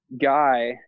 guy